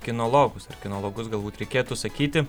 kinologus ar kinologus galbūt reikėtų sakyti